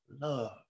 love